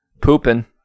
pooping